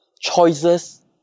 choices